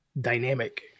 dynamic